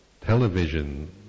television